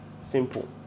Simple